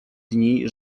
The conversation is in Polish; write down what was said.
dni